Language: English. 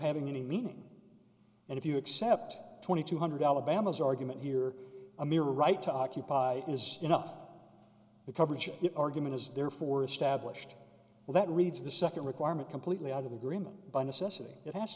having any meaning and if you accept twenty two hundred alabama's argument here a mere right to occupy is enough the coverage argument is therefore established that reads the second requirement completely out of the greenman by necessity it has